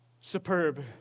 superb